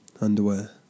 underwear